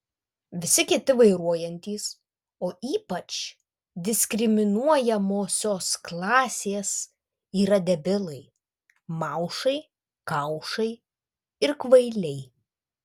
visi kiti vairuojantys o ypač diskriminuojamosios klasės yra debilai maušai kaušai ir kvailiai